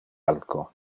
alco